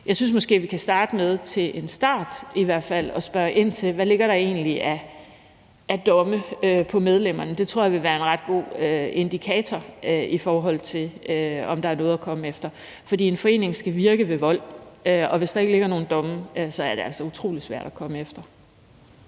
Jeg synes måske i hvert fald, vi til en start kan spørge ind til, hvad der egentlig ligger af domme på medlemmerne. Det tror jeg vil være en ret god indikator, i forhold til om der er noget at komme efter. Og det er der, hvis en forening virker ved vold, og hvis der ikke ligger nogen domme, så er det altså utrolig svært at komme efter